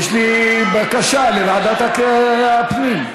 יש לי בקשה לוועדת הפנים.